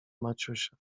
maciusia